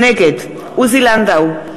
נגד עוזי לנדאו,